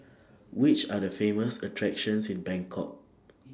Which Are The Famous attractions in Bangkok